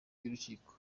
cy’urukiko